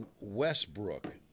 Westbrook